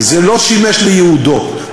זה היה בניגוד להחלטת ממשלה, זה לא שימש לייעודו.